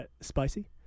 spicy